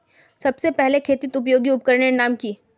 सबसे पहले खेतीत उपयोगी उपकरनेर नाम की?